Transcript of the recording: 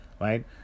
right